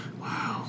Wow